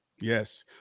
Yes